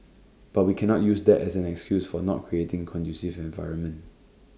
but we cannot use that as an excuse for not creating conducive environment